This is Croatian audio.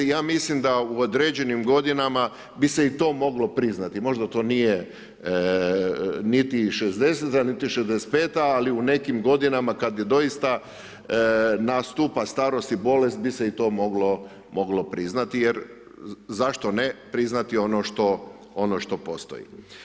Ja mislim da u određenim godinama bi se i to moglo priznati, možda to nije niti 60.-ta, niti 65.-ta, ali u nekim godinama kad je doista nastupa starost i bolest bi se i to moglo priznati jer zašto ne priznati ono što postoji.